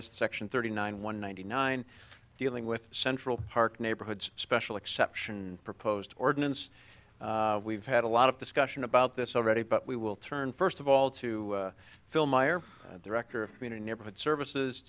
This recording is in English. as the section thirty nine one ninety nine dealing with central park neighborhoods special exception proposed ordinance we've had a lot of discussion about this already but we will turn first of all to fill myer director of community neighborhood services